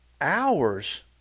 hours